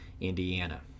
Indiana